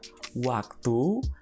waktu